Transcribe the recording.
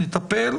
נטפל.